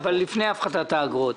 לפני הפחתת האגרות,